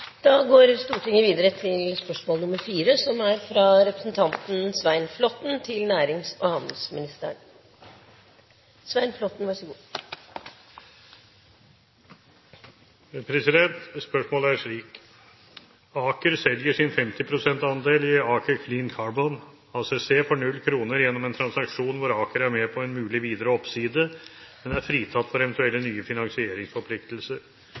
Spørsmålet er slik: «Aker selger sin 50 pst. andel i Aker Clean Carbon, ACC, for 0 kr gjennom en transaksjon hvor Aker er med på en mulig videre oppside, men er fritatt for eventuelle nye finansieringsforpliktelser.